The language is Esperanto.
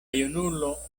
junulo